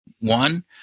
One